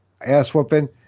ass-whooping